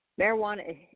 Marijuana